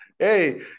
Hey